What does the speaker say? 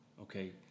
okay